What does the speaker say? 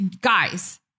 guys